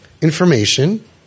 information